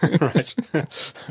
Right